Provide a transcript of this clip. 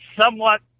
somewhat